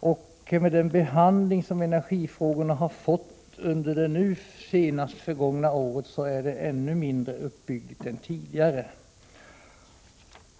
och med den behandling som energifrågorna har fått under det senaste året är det ännu mindre uppbyggligt än tidigare.